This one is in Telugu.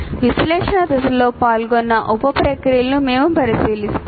విశ్లేషణ దశలో పాల్గొన్న ఉప ప్రక్రియలను మేము పరిశీలిస్తాము